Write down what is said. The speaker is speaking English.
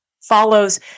follows